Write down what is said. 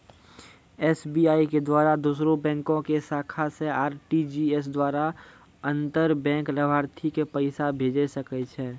SBI के द्वारा दोसरो बैंको के शाखा से आर.टी.जी.एस द्वारा अंतर बैंक लाभार्थी के पैसा भेजै सकै छै